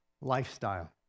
lifestyle